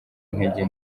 intege